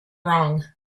wrong